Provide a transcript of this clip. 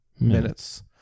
minutes